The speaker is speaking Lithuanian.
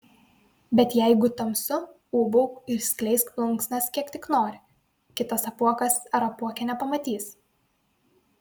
bet jeigu tamsu ūbauk ir skleisk plunksnas kiek tik nori kitas apuokas ar apuokė nepamatys